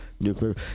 nuclear